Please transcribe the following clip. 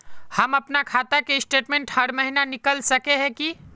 हम अपना खाता के स्टेटमेंट हर महीना निकल सके है की?